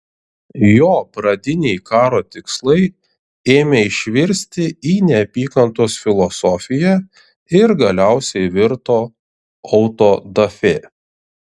jo pradiniai karo tikslai ėmė išvirsti į neapykantos filosofiją ir galiausiai virto autodafė